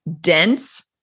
dense